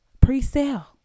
pre-sale